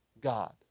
God